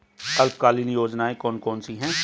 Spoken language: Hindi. अल्पकालीन योजनाएं कौन कौन सी हैं?